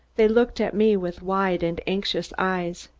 they looked at me with wide and anxious eyes.